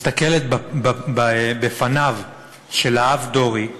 מסתכלת בפניו של האב דורי,